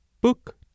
Book